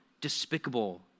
despicable